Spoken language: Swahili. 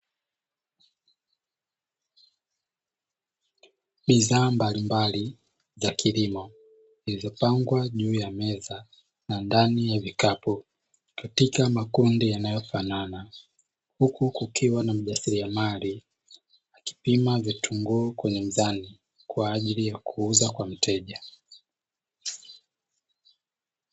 Bidhaa mbalimbali za kilimo, zilizopangwa juu ya meza na ndani ya vikapu katika makundi yanayofanana, huku kukiwa na mjasiriamali akipima vitunguu kwenye mzani, kwa ajili ya kuuza kwa mteja.